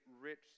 rich